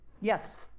yes